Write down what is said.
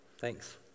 Thanks